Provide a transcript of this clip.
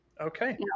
Okay